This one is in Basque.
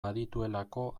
badituelako